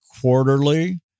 quarterly